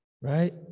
right